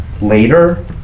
later